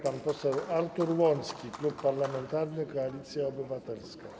Pan poseł Artur Łącki, Klub Parlamentarny Koalicja Obywatelska.